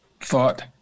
thought